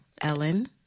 Ellen